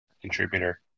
contributor